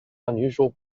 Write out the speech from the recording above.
unusual